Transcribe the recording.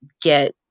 get